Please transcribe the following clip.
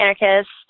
anarchist